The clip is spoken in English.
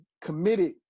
committed